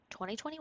2021